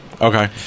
Okay